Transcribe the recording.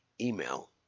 email